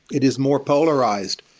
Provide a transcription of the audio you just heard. it is more polarized.